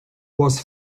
was